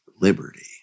liberty